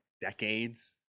decades